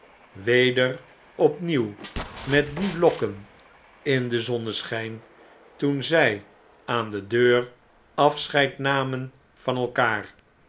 weder opnieuw met die lokken in den zonneschijn toen zu aan de deur afscheid namen van elkaar